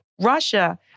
Russia